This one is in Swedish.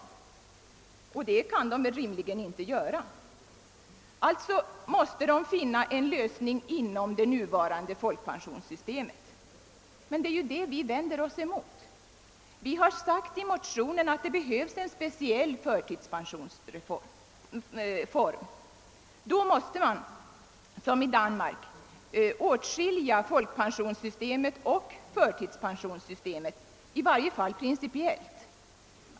Såvitt jag förstår kan den rimligen inte göra detta. Utredningen måste alltså söka finna en lösning inom det nuvarande folkpensionssystemet. Men det är mot detta vi vänder oss. Vi har sagt i våra motioner att det behövs en speciell förtidspensionsform, och då måste man som i Danmark åtskilja folkpensionssystemet och förtidspensionssystemet, i varje fall principiellt.